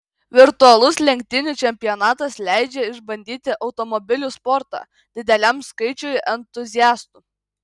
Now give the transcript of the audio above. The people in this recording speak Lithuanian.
virtualus lenktynių čempionatas leidžia išbandyti automobilių sportą dideliam skaičiui entuziastų